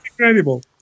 incredible